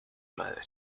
madre